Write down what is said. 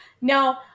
No